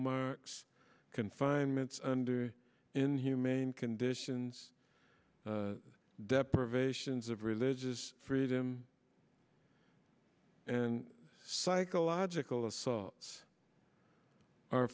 marks confinement under inhumane conditions deprivations of religious freedom and psychological assaults are